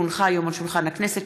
כי הונחה היום על שולחן הכנסת,